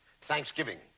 Thanksgiving